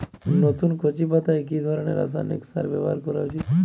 নতুন কচি পাতায় কি ধরণের রাসায়নিক সার ব্যবহার করা উচিৎ?